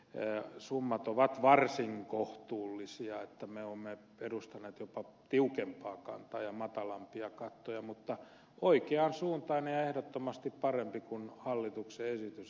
heinäluomankin summat ovat varsin kohtuullisia että me olemme edustaneet jopa tiukempaa kantaa ja matalampia kattoja mutta oikeaan suuntaan ja ehdottomasti parempi kuin hallituksen esitys